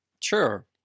Sure